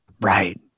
Right